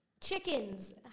chickens